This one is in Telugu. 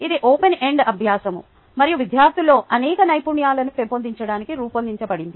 ఇది ఓపెన్ ఎండ్ అభ్యాసము మరియు విద్యార్థులలో అనేక నైపుణ్యాలను పెంపొందించడానికి రూపొందించబడింది